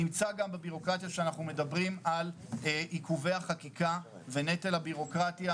נמצא גם בבירוקרטיה שאנחנו מדברים על עיקובי החקיקה ונטל הבירוקרטיה,